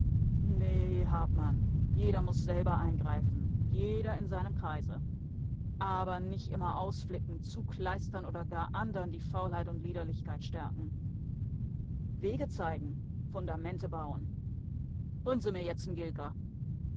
nee hartmann jeder muß selber eingreifen jeder in seinem kreise aber nich immer ausflicken zukleistern oder gar andern die faulheit und liederlichkeit stärken wege zeigen fundamente bauen bring se mir jetzt n gilka